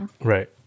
right